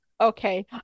Okay